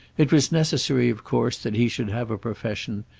it was necessary, of course, that he should have a profession,